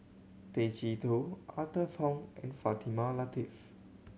Tay Chee Toh Arthur Fong and Fatimah Lateef